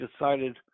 decided